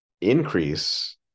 increase